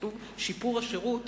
כשכתוב שיפור השירות,